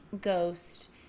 ghost